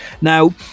Now